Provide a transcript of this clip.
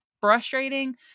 frustrating